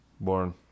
born